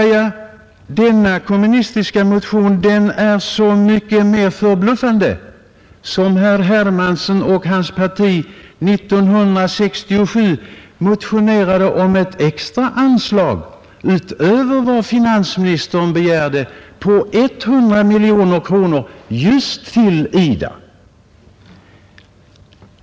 Denna kommunistiska motion är så mycket mer förbluffande som herr Hermansson och hans parti år 1967 motionerade om ett extra anslag, utöver vad finansministern begärde, på 100 miljoner kronor just till IDA.